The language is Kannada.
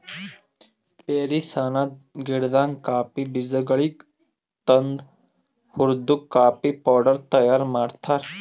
ಬೇರೀಸ್ ಅನದ್ ಗಿಡದಾಂದ್ ಕಾಫಿ ಬೀಜಗೊಳಿಗ್ ತಂದು ಹುರ್ದು ಕಾಫಿ ಪೌಡರ್ ತೈಯಾರ್ ಮಾಡ್ತಾರ್